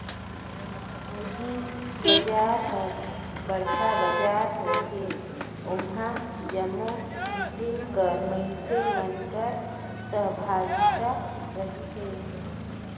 पूंजी बजार हर बड़खा बजार होथे ओम्हां जम्मो किसिम कर मइनसे मन कर सहभागिता रहथे